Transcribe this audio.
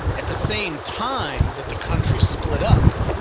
at the same time that the country split up,